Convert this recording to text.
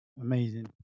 Amazing